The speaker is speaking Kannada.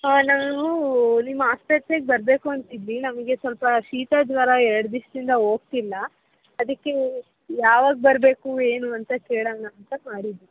ನಾನು ನಿಮ್ಮ ಹಾಸ್ಪಿಟ್ಲಿಗೆ ಬರಬೇಕು ಅಂತ ಇದ್ವಿ ನಮಗೆ ಸ್ವಲ್ಪ ಶೀತ ಜ್ವರ ಎರಡು ದಿವ್ಸ್ದಿಂದ ಹೋಗ್ತಿಲ್ಲ ಅದಕ್ಕೆ ಯಾವಾಗ ಬರಬೇಕು ಏನು ಅಂತ ಕೇಳೋಣ ಅಂತ ಮಾಡಿದ್ದು